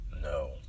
No